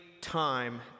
time